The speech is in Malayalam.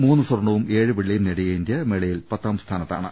മൂന്ന് സ്വർണവും ഏഴ് വെള്ളിയും നേടിയ ഇന്ത്യ മേളയിൽ പത്താം സ്ഥാനത്താണ്